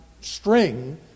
string